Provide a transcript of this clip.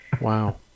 Wow